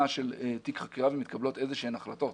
של תיק חקירה ומתקבלות איזה שהן החלטות.